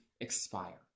expire